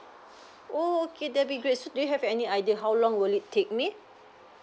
oo okay that'll be great so do you have any idea how long will it take me